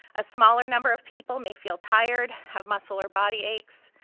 a smaller number of people may feel tired, have muscle or body aches,